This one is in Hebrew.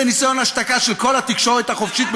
זה ניסיון השתקה של כל התקשורת החופשית,